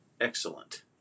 excellent